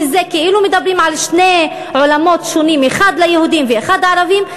שזה כאילו מדברים על שני עולמות שונים: אחד ליהודים ואחד לערבים,